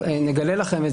אני אגלה לכם,